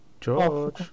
George